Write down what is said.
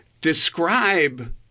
describe